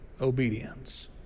obedience